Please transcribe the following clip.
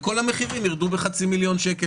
וכל המחירים ירדו בחצי מיליון שקל.